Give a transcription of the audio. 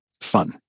fun